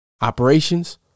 Operations